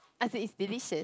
I feel is delicious